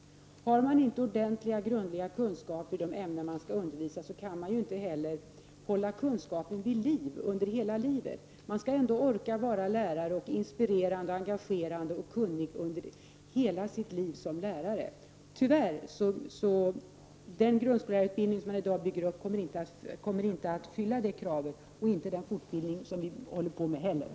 Har man inte ordentliga, grundliga kunskaper i de ämnen som man skall undervisa i kan man inte heller hålla kunskapen vid liv hela livet. Man skall ändå orka vara lärare, orka vara inspirerande, engagerande och kunnig under hela sitt liv som lärare! Den grundskollärarutbildning som man i dag bygger upp kommer tyvärr inte att fylla det kravet, och det kommer inte heller den fortbildning som man håller på med att göra.